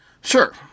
Sure